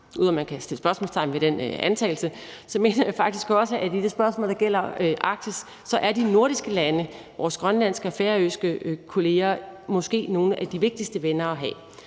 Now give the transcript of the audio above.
at man kan sætte spørgsmålstegn ved den antagelse – at i de spørgsmål, der gælder Arktis, at de nordiske lande og vores grønlandske og færøske kolleger måske er nogle af de vigtigste venner at have.